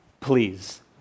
Please